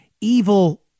evil